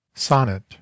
Sonnet